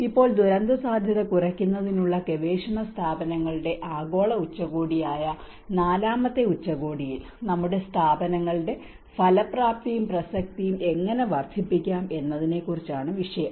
ഇപ്പോൾ ദുരന്തസാധ്യത കുറയ്ക്കുന്നതിനുള്ള ഗവേഷണ സ്ഥാപനങ്ങളുടെ ആഗോള ഉച്ചകോടിയായ നാലാമത്തെ ഉച്ചകോടിയിൽ നമ്മുടെ സ്ഥാപനങ്ങളുടെ ഫലപ്രാപ്തിയും പ്രസക്തിയും എങ്ങനെ വർദ്ധിപ്പിക്കാം എന്നതിനെക്കുറിച്ചാണ് വിഷയം